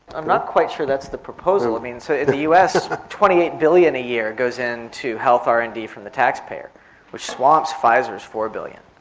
i'm not quite sure that's the proposal. i mean so in the us twenty eight billion a year goes into health r and d from the taxpayer which swamps pfizer's four billion.